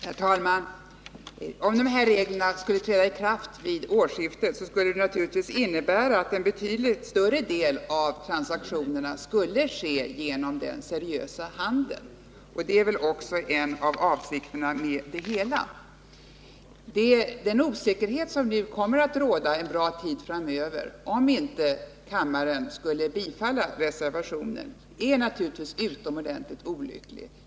Herr talman! Om de här reglerna skulle träda i kraft vid årsskiftet, skulle det naturligtvis innebära att en betydligt större del av transaktionerna kunde ske genom den seriösa handeln, och det är väl också en av avsikterna med det hela. Den osäkerhet som kommer att råda en lång tid framöver, om inte kammaren bifaller reservationen, är naturligtvis utomordentlig olycklig.